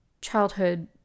childhood